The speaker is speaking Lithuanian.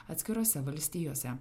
atskirose valstijose